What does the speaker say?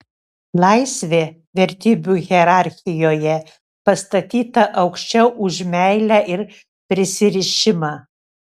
laisvė vertybių hierarchijoje pastatyta aukščiau už meilę ir prisirišimą